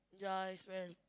ya as well